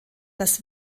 das